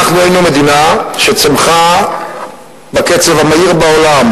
היינו מדינה שצמחה בקצב המהיר בעולם,